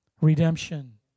redemption